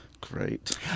Great